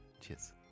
Cheers